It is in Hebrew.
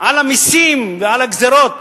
על המסים ועל הגזירות